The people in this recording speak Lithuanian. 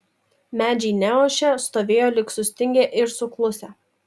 medžiai neošė stovėjo lyg sustingę ir suklusę